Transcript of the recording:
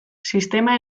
sistema